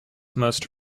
most